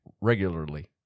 Regularly